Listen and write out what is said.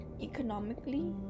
economically